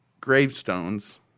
gravestones